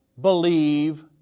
believe